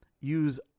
use